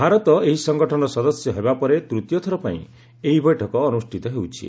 ଭାରତ ଏହି ସଙ୍ଗଠନର ସଦସ୍ୟ ହେବା ପରେ ତୃତୀୟ ଥରପାଇଁ ଏହି ବୈଠକ ଅନୁଷ୍ଠିତ ହେଉଛି